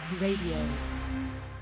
Radio